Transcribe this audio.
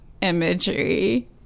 imagery